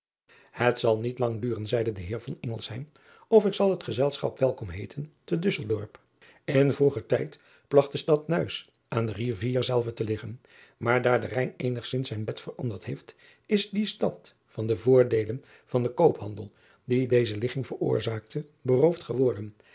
et zal niet lang duren zeide de eer of ik zal het gezelschap welkom heeten te usseldorp n vroeger tijd plagt de stad uis aan de rivier zelve te liggen maar daar de ijn eenigzins zijn bed veranderd heeft is die stad van de voordeelen van den koophandel die deze ligging veroorzaakte beroofd geworden